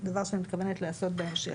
דבר שאני מתכוונת לעשות בהמשך.